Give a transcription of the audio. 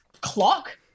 clock